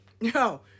No